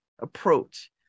approach